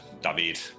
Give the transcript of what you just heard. david